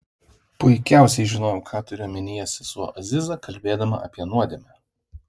puikiausiai žinojau ką turi omenyje sesuo aziza kalbėdama apie nuodėmę